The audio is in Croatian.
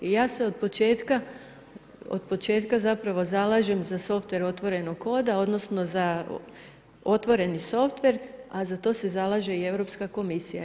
I ja se od početka zapravo zalažem za softver otvorena konda, odnosno, za otvoreni softver, a za to se zalaže i Europska komisija.